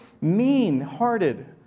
mean-hearted